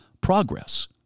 progress